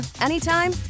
anytime